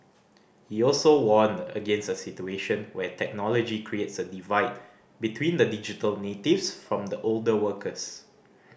he also warned against a situation where technology creates a divide between the digital natives from the older workers